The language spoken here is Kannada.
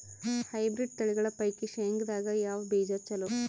ಹೈಬ್ರಿಡ್ ತಳಿಗಳ ಪೈಕಿ ಶೇಂಗದಾಗ ಯಾವ ಬೀಜ ಚಲೋ?